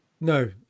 no